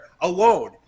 alone